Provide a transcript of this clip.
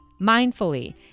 mindfully